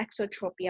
exotropia